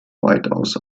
weitaus